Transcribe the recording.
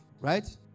right